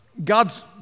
God's